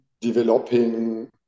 developing